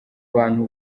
bantu